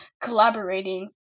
collaborating